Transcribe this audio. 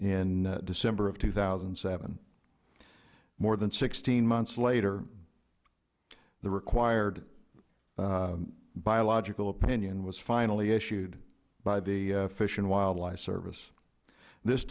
in december of two thousand and seven more than sixteen months later the required biological opinion was finally issued by the fish and wildlife service this